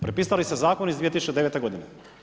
Prepisali ste Zakon iz 2009. godine.